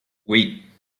oui